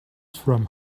from